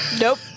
Nope